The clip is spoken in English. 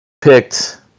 picked